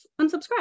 unsubscribe